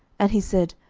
and he said,